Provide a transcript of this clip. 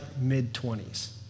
mid-20s